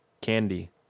candy